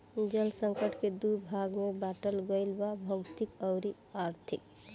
जल संकट के दू भाग में बाटल गईल बा भौतिक अउरी आर्थिक